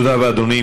תודה רבה, אדוני.